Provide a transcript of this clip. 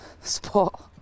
spot